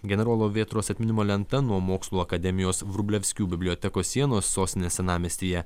generolo vėtros atminimo lenta nuo mokslų akademijos vrublevskių bibliotekos sienos sostinės senamiestyje